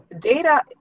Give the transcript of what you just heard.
data